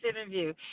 interview